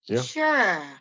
Sure